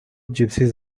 gypsies